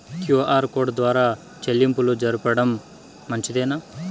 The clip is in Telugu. క్యు.ఆర్ కోడ్ ద్వారా చెల్లింపులు జరపడం మంచిదేనా?